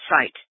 site